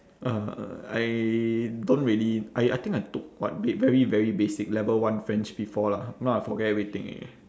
uh I don't really I I think I took what ba~ very very basic level one french before lah now I forget everything already